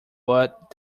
but